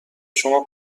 شما